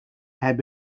had